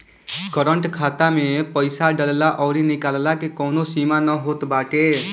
current खाता में पईसा डालला अउरी निकलला के कवनो सीमा ना होत बाटे